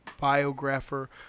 biographer